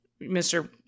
Mr